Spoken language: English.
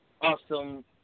awesome